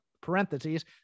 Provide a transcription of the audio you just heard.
parentheses